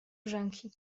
brzęki